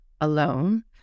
alone